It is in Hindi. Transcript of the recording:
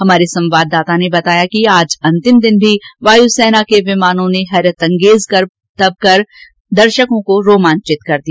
हमारे संवाददाता ने बताया कि आज अंतिम दिन भी वायुसेना के विमानों ने हैरत अंगेज करतब दिखाकर दर्शकों को रोमांचित किया